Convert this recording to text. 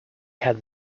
head